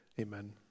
Amen